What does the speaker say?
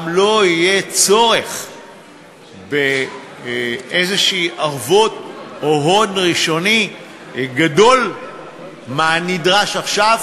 גם לא יהיה צורך באיזושהי ערבות או הון ראשוני גדול מהנדרש עכשיו,